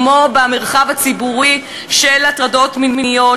כמו במרחב הציבורי של הטרדות מיניות,